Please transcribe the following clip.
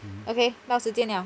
okay 到时间了